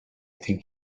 think